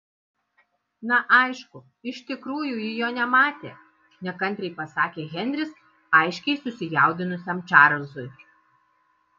na aišku iš tikrųjų ji jo nematė nekantriai pasakė henris aiškiai susijaudinusiam čarlzui